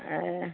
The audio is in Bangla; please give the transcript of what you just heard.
হ্যাঁ